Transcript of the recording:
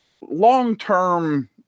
long-term